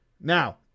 Now